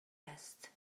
است